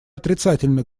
отрицательно